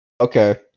Okay